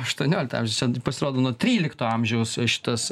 aštuonioliktas amžius čia pasirodo nuo trylikto amžiaus šitas